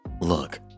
Look